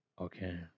Okay